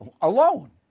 alone